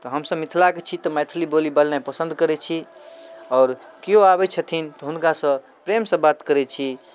तऽ हमसब मिथिला के छी तऽ मैथिली बोली बोलनाइ पसन्द करै छी आओर केओ आबै छथिन तऽ हुनका सँ प्रेम सँ बात करै छी